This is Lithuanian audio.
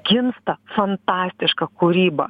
gimsta fantastiška kūryba